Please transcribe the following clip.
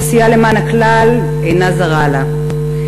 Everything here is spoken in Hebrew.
עשייה למען הכלל אינה זרה לה,